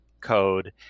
code